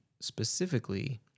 specifically